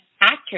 actress